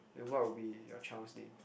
and what would be your child's name